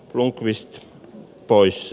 blomqvist pois